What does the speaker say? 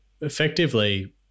effectively